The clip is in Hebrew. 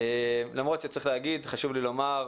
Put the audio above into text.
למרות שצריך להגיד וחשוב לי לומר,